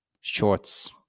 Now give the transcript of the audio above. shorts